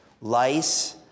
lice